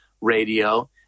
radio